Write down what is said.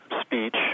speech